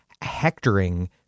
hectoring